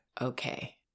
okay